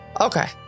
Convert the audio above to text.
Okay